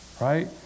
Right